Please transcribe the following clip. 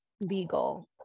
legal